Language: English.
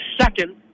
second